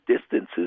distances